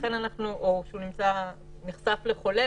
לכן הרבה